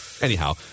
Anyhow